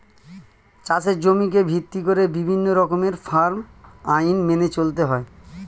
চাষের জমিকে ভিত্তি করে বিভিন্ন রকমের ফার্ম আইন মেনে চলতে হয়